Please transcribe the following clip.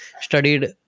studied